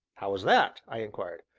how was that? i inquired.